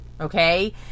okay